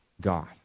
God